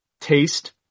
taste